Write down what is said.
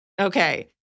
Okay